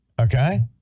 okay